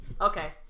okay